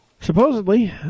Supposedly